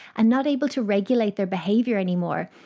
and not able to regulate their behaviour anymore.